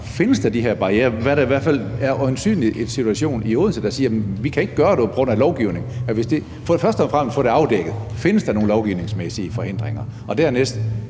findes de her barrierer, hvad der i hvert fald øjensynligt er situationen i Odense, hvor man siger: Vi kan ikke gøre det på grund af lovgivningen. Er man først og fremmest villig til at få afdækket, om der findes nogen lovgivningsmæssige forhindringer? Og kunne